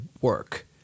work